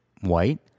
white